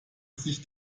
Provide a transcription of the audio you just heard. sich